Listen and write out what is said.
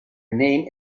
name